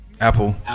Apple